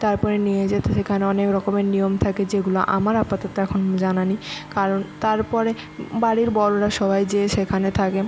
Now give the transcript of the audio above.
তারপরে নিয়ে যেতে যেখানে অনেক রকমের নিয়ম থাকে যেগুলো আমার আপাতত এখন জানা নেই কারণ তারপরে বাড়ির বড়োরা সবাই যেয়ে সেখানে থাকে